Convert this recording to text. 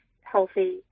healthy –